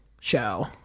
show